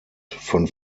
von